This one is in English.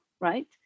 right